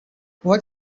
what